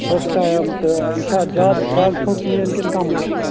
first time تہٕ یہِ چھا اَتھ زیٛاد دَگ چھو پین کِنہٕ کَمٕے چھو